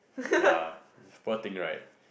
ya is poor thing right